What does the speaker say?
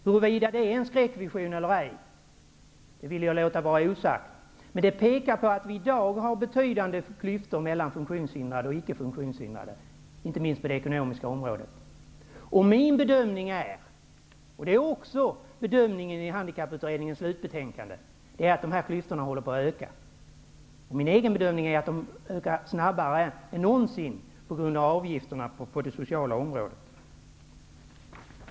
Huruvida det är en skräckvision eller ej vill jag låta vara osagt, men det pekar på att vi i dag har betydande klyftor mellan funktionshindrade och icke funktionshindrade, inte minst på det ekonomiska området. Min bedömning är -- och det är också bedömningen i Handikapputredningens slutbetänkande -- att dessa klyftor håller på att ökas. Min egen bedömning är dessutom att de ökar snabbare än någonsin på grund av avgifterna på det sociala området.